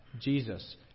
Jesus